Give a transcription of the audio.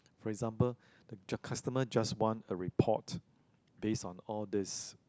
for example the just customer just want a report based on all these